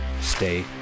stay